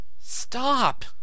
Stop